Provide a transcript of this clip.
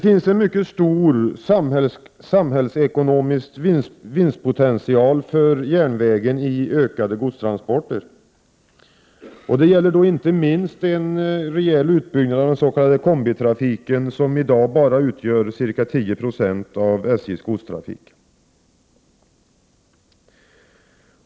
En mycket stor samhällsekonomisk vinstpotential för järnvägen finns i ökade godstransporter. Det gäller då inte minst en rejäl utbyggnad av den s.k. kombitrafiken, som i dag bara utgör ca 10 Yo av SJ:s godstrafik.